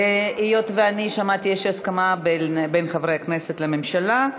היות שאני שמעתי שיש הסכמה בין חברי הכנסת לממשלה,